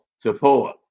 support